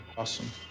awesome.